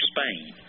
Spain